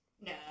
No